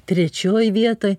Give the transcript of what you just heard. trečioje vietoj